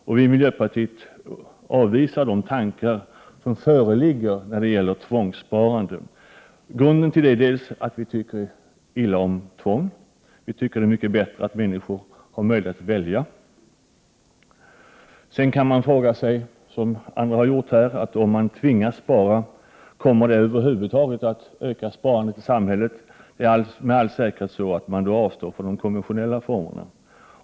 Vi i miljöpartiet avvisar de föreliggande tankarna på ett tvångssparande. Grunden till detta är att vi tycker illa om tvång. Vi anser att det är mycket bättre att människor har möjlighet att välja. Sedan kan man fråga sig, som också andra här har gjort, om det över huvud taget kommer att öka sparandet i samhället om medborgarna tvingas att spara. Det är med all säkerhet så att människor då avstår från de konventionella sparformerna.